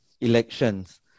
elections